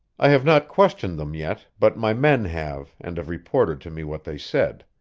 i have not questioned them yet, but my men have, and have reported to me what they said.